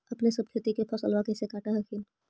अपने सब खेती के फसलबा कैसे काट हखिन?